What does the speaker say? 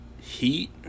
Heat